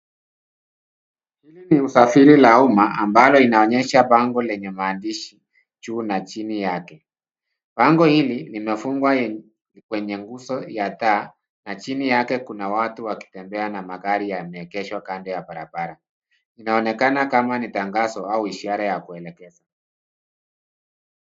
Hili ni usafiri la umma ambalo inaonyesha bango lenye maandishi juu na chini yake. Bango hili limefungwa kwenye nguzo ya taa na chini yake kuna watu wakitembea na magari yameegeshwa kando ya barabara. Inaonekana kama ni tangazo au ishara ya kuelekeza.